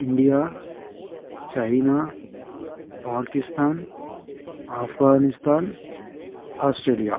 India China Pakistan Afghanistan Australia